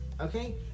Okay